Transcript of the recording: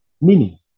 meaning